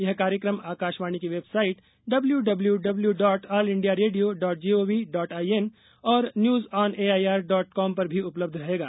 यह कार्यक्रम आकाशवाणी की website W W W dot all India radio dot G O V dot I N और news on AIR dot com पर भी उपलब्ध रहेगा